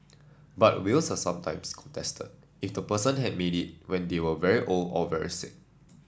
but wills are sometimes contested if the person had made it when they were very old or very sick